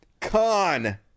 con